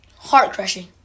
Heart-crushing